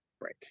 Right